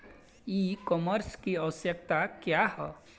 ई कॉमर्स की आवशयक्ता क्या है?